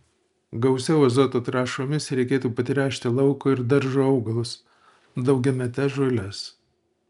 gausiau azoto trąšomis reikėtų patręšti lauko ir daržo augalus daugiametes žoles